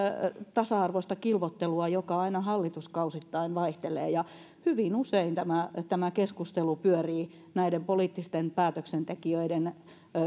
tasa arvoista kilvoittelua joka aina hallituskausittain vaihtelee ja hyvin usein tämä tämä keskustelu pyörii näiden poliittisten päätöksentekijöiden